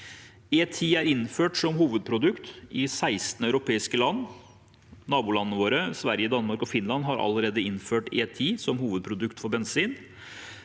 E10 er innført som hovedprodukt i 16 europeiske land. Nabolandene våre – Sverige, Danmark og Finland – har allerede innført E10 som hovedprodukt for bensin.